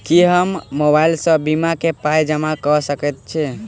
की हम मोबाइल सअ बीमा केँ पाई जमा कऽ सकैत छी?